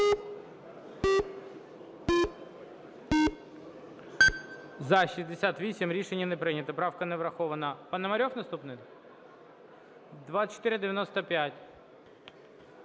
За-68 Рішення не прийнято. Правка не врахована. Пономарьов наступний? 2495.